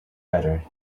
better